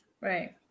Right